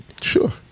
Sure